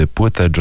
Płytę